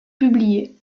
publiés